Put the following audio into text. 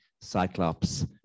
Cyclops